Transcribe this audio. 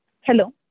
Hello